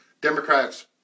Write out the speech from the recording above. Democrats